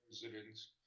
presidents